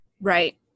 Right